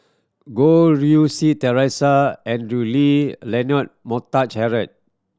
Goh Rui Si Theresa Andrew Lee Leonard Montague Harrod